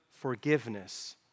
forgiveness